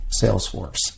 Salesforce